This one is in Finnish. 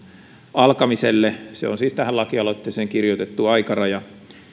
alkamiselle se on siis tähän laki aloitteeseen kirjoitettu aikaraja